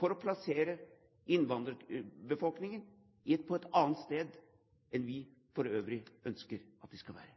for å plassere innvandrerbefolkningen på et annet sted enn vi for øvrig ønsker at den skal være.